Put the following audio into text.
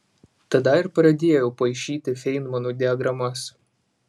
tada ir pradėjau paišyti feinmano diagramas